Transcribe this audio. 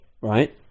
right